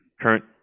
current